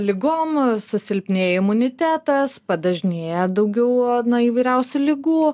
ligom susilpnėja imunitetas padažnėja daugiau įvairiausių ligų